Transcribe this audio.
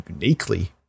uniquely